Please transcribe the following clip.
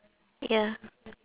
ya